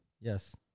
Yes